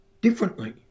differently